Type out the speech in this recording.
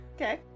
Okay